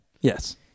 Yes